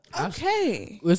Okay